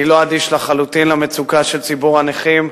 אני לא אדיש, לחלוטין, למצוקה של ציבור הנכים.